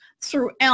throughout